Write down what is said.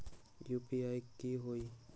UPI की होई?